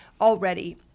already